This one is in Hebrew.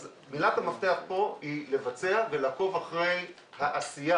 אז מילת המפתח פה היא לבצע ולעקוב אחרי העשייה.